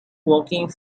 working